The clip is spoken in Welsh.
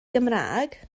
gymraeg